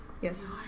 Yes